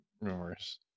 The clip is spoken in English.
rumors